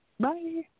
Bye